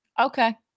Okay